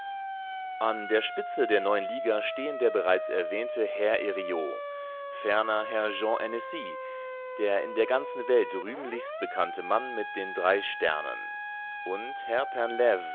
an der spitze der neuen liga stehen der bereits erwähnte herr herriot ferner herr jean hennessy der in der ganzen welt rühmlichst bekannte mann mit den drei sternen und herr